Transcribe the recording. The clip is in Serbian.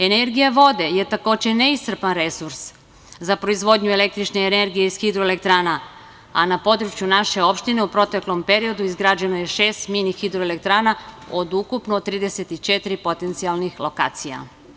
Energija vode je takođe neiscrpan resurs za proizvodnju električne energije iz hidroelektrana, a na području naše opštine u proteklom periodu izgrađeno je šest mini-hidroelektrana od ukupno 34 potencijalnih lokacija.